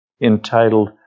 entitled